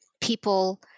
people